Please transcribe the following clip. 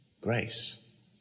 grace